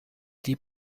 die